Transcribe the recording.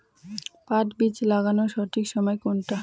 পাট বীজ লাগানোর সঠিক সময় কোনটা?